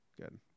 Good